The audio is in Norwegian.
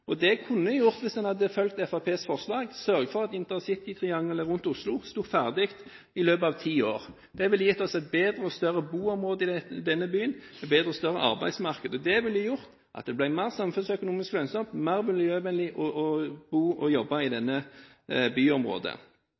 Det en kunne gjort – hvis en hadde fulgt Fremskrittspartiets forslag – var å sørge for at intercitytriangelet rundt Oslo sto ferdig i løpet av ti år. Det ville gitt oss et bedre og større boområde i denne byen og også et bedre og større arbeidsmarked. Det ville gjort at det ble mer samfunnsøkonomisk lønnsomt og mer miljøvennlig å bo og jobbe i byområdet.